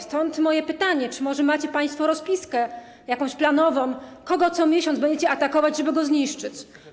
Stąd moje pytanie: Czy może macie państwo rozpiskę, jakiś plan, kogo co miesiąc będziecie atakować, żeby go zniszczyć?